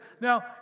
Now